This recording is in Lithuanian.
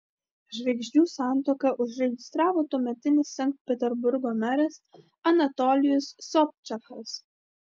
žvaigždžių santuoką užregistravo tuometinis sankt peterburgo meras anatolijus sobčakas